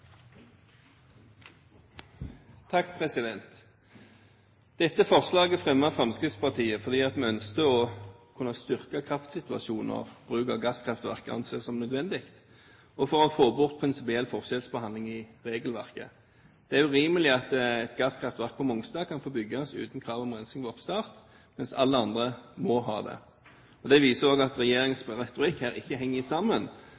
Dette forslaget fremmet Fremskrittspartiet fordi vi ønsket å kunne styrke kraftsituasjonen når bruk av gasskraftverk anses som nødvendig, og for å få bort prinsipiell forskjellsbehandling i regelverket. Det er urimelig at et gasskraftverk på Mongstad kan få bygges uten krav om rensing ved oppstart, mens alle andre må ha det. Det viser også at regjeringens retorikk her ikke henger sammen,